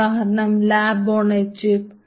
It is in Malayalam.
ഉദാഹരണം ലാബ് ഓൺ എ ചിപ്പ്